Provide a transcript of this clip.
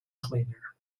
cleaner